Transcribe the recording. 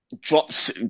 drops